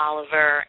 Oliver